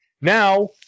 Now